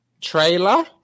Trailer